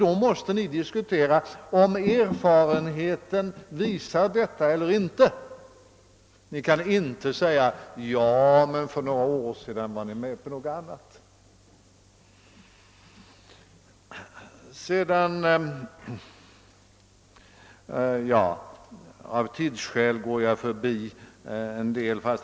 Då måste Ni överväga om erfarenheten visar detta eller inte; Ni kan inte säga: »Ja, men för några år sedan var ni med på något annat.» Av tidsskäl går jag förbi en del punkter.